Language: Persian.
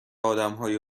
آدمهای